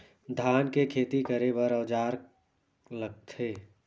धान के खेती करे बर का औजार लगथे?